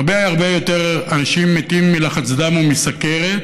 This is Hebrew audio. הרבה הרבה יותר אנשים מתים מלחץ דם ומסוכרת